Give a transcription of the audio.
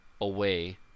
away